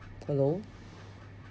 hello